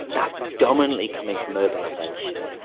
that's predominantly coming from urbanisation.